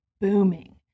booming